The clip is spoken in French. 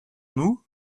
nous